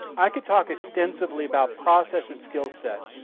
i could talk extensively about process and skillset,